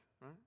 right